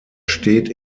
steht